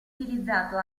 utilizzato